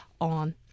on